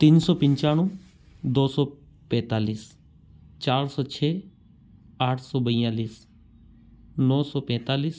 तीन सौ पंचानवे दो सौ पैंतालीस चार सौ छः आठ सौ बयालीस नौ सौ पैंतालीस